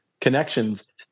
connections